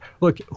look